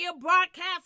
broadcast